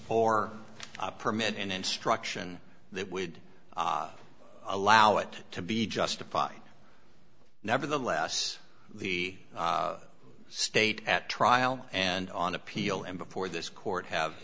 or permit an instruction that would allow it to be justified nevertheless the state at trial and on appeal and before this court have